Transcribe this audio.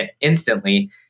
instantly